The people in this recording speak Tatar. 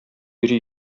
йөри